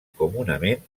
comunament